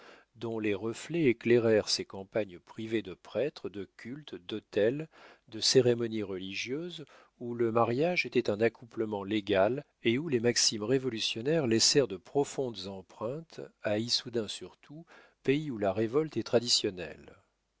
dont les reflets éclairèrent ces campagnes privées de prêtres de culte d'autels de cérémonies religieuses où le mariage était un accouplement légal et où les maximes révolutionnaires laissèrent de profondes empreintes à issoudun surtout pays où la révolte est traditionnelle